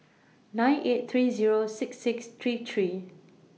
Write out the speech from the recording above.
nine eight three Zero six six three three